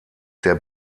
der